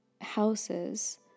houses